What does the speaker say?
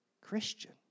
Christian